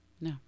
No